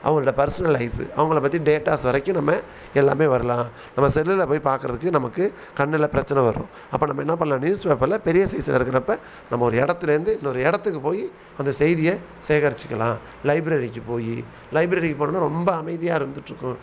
அவங்களோட personal life அவங்களப் பற்றி டேட்டாஸ் வரைக்கும் நம்ம எல்லாமே வரலாம் நம்ம செல்லில் போய் பார்க்கறதுக்கு நமக்கு கண்ணில் பிரச்சனை வரும் அப்போ நம்ம என்ன பண்ணலாம் நியூஸ் பேப்பரில் பெரிய சைஸாக இருக்கிறப்ப நம்ம ஒரு இடத்துலேந்து இன்னொரு இடத்துக்குப் போய் அந்தச் செய்தியை சேகரித்துக்கலாம் லைப்ரரிக்குப் போய் லைப்ரரிக்கு போனோன்னால் ரொம்ப அமைதியாக இருந்துட்டிருக்கும்